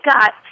got